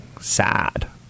sad